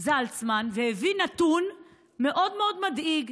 זלצמן והביא נתון מאוד מאוד מדאיג,